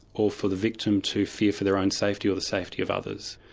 or for the victim to fear for their own safety or the safety of others.